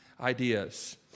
ideas